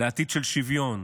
לעתיד של שוויון,